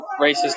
racist